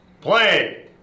play